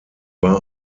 war